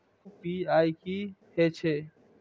UPI की हेछे?